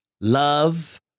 Love